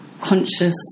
conscious